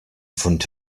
front